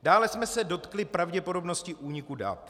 Dále jsme se dotkli pravděpodobnosti úniku dat.